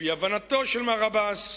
על-פי הבנתו של מר עבאס,